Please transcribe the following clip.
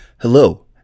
Hello